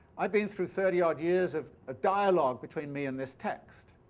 i've been through thirty odd years of ah dialogue between me and this text.